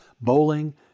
bowling